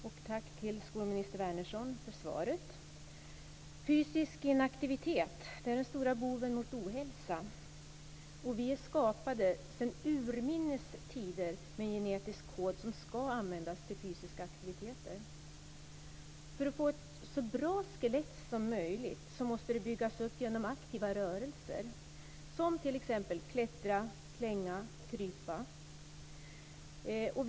Fru talman! Tack, skolminister Wärnersson, för svaret. Fysisk inaktivitet är den stora boven när det gäller ohälsa. Vi är skapade, sedan urminnes tider, med en genetisk kod som ska användas till fysiska aktiviteter. För att få ett så bra skelett som möjligt måste det byggas upp genom aktiva rörelser, som t.ex. att klättra, att klänga och att krypa.